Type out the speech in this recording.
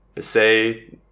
say